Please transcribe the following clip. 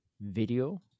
video